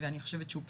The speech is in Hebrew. ואני חושבת שהוא פסול,